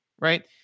Right